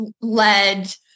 led